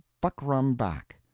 buckram back.